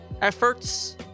efforts